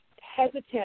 hesitant